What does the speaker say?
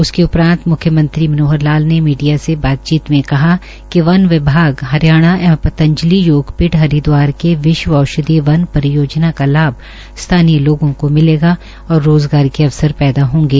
उसके उपरान्त मुख्यमंत्री मनोहर लाल ने मीडिया से बातचीत में कहा कि वन विभाग हरियाणा एवं पंतजलि योगपीठ हरिदवार के विश्व औषधीय वन परियोजना का लाभ स्थानीय लोगों को मिलेगा और रोज़गार के अवसर पैदा होंगे